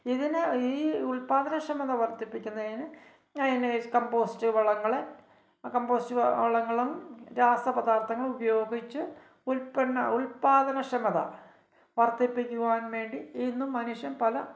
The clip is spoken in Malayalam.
ഇതിനെ ഈ ഉത്പാദനക്ഷമത വർദ്ധിപ്പിക്കുന്നതിന് അതിന് കമ്പോസ്റ്റ് വളങ്ങൾ ആ കമ്പോസ്റ്റ് വളങ്ങളും രാസപദാർത്ഥങ്ങളും ഉപയോഗിച്ച് ഉത്പന്ന ഉത്പാദനക്ഷമത വർദ്ധിപ്പിക്കുവാൻ വേണ്ടി ഇന്നും മനുഷ്യൻ പല